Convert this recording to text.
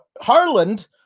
Harland